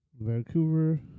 Vancouver